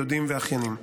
דודים ואחיינים.